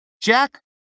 Jack